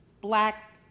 black